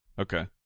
Okay